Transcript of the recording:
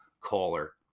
Caller